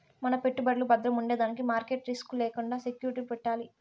మన పెట్టుబడులు బద్రముండేదానికి మార్కెట్ రిస్క్ లు లేకండా సెక్యూరిటీలు పెట్టాలి